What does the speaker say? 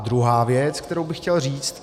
Druhá věc, kterou bych chtěl říct.